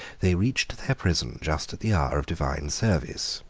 they reached their prison just at the hour of divine service.